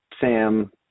Sam